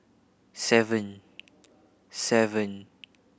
seven seven